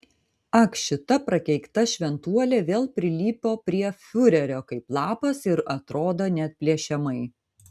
ak šita prakeikta šventuolė vėl prilipo prie fiurerio kaip lapas ir atrodo neatplėšiamai